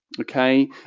Okay